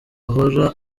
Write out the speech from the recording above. ahora